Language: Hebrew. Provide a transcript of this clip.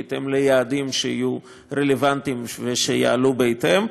בהתאם ליעדים שיהיו רלוונטיים ויעלו בהתאם,